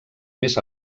més